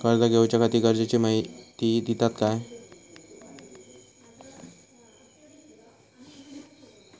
कर्ज घेऊच्याखाती गरजेची माहिती दितात काय?